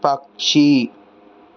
పక్షి